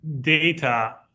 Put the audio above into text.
data